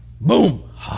Boom